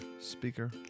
speaker